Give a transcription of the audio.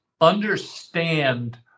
understand